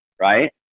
right